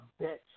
bitch